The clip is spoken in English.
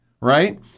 right